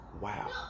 wow